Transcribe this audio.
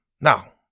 Now